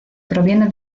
proviene